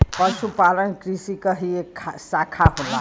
पशुपालन कृषि क ही एक साखा होला